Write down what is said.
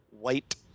white